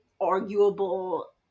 arguable